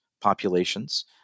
populations